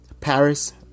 Paris